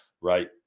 Right